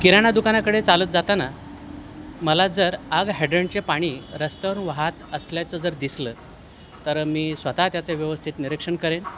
किराणा दुकानाकडे चालत जाताना मला जर आग हॅडणचे पाणी रस्त्यावरून वाहात असल्याचं जर दिसलं तर मी स्वतः त्याचं व्यवस्थित निरीक्षण करेन